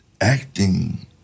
acting